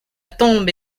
tombe